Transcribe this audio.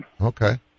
Okay